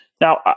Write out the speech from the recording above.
Now